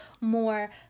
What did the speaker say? more